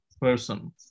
person